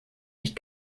nicht